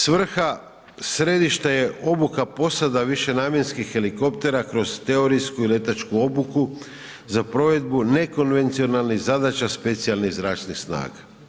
Svrha središta je obuka posada višenamjenskih helikoptera kroz teorijsku i letačku obuku za provedbu nekonvencionalnih zadaća specijalnih zračnih snaga.